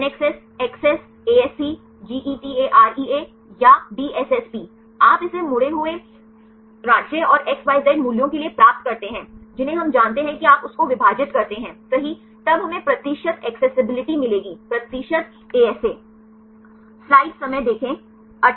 NACCESS ACCESS ASC GETAREA या DSSP आप इसे मुड़े हुए राज्य और XYZ मूल्यों के लिए प्राप्त करते हैं जिन्हें हम जानते हैं कि आप उस को विभाजित करते हैं सही तब हमे प्रतिशत एक्सेसिबिलिटी मिलेगी प्रतिशत ASA